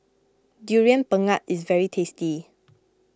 Durian Pengat is very tasty